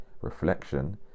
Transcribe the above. reflection